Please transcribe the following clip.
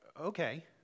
okay